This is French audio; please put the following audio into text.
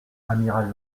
amiral